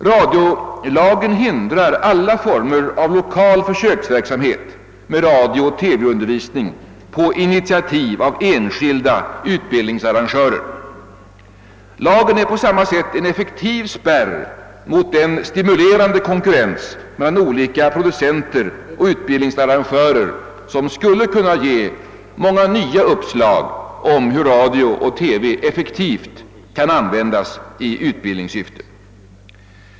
Radiolagen hindrar alla former av lokal företagsamhet med radiooch TV-undervisning på initiativ av enskilda utbildningsarrangörer. Lagen är samtidigt en effektiv spärr mot den stimulerande konkurrens mellan olika producenter och utbildningsarrangörer som skulle kunna ge många nya uppslag om hur radio och TV effektivt kan användas i utbildningssyfte.